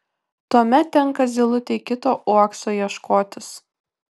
tuomet tenka zylutei kito uokso ieškotis